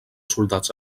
soldats